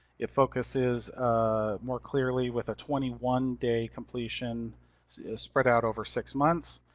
it focuses ah more clearly with a twenty one day completion spread out over six months,